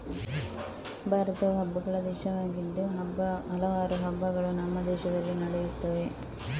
ಭಾರತವು ಹಬ್ಬಗಳ ದೇಶವಾಗಿದ್ದು ಹಲವಾರು ಹಬ್ಬಗಳು ನಮ್ಮ ದೇಶದಲ್ಲಿ ನಡೆಯುತ್ತವೆ